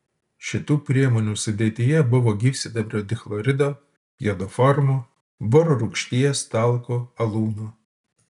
šitų priemonių sudėtyje buvo gyvsidabrio dichlorido jodoformo boro rūgšties talko alūno